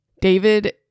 David